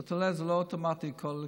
זאת אומרת, זה לא אוטומטי כל הזמן,